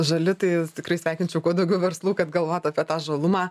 žali tai tikrai sveikinčiau kuo daugiau verslų kad galvotų apie tą žalumą